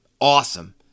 awesome